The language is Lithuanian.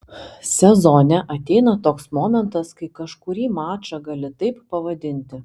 sezone ateina toks momentas kai kažkurį mačą gali taip pavadinti